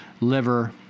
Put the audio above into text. liver